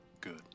Good